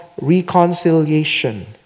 reconciliation